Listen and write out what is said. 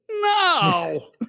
no